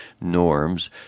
norms